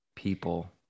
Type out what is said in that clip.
people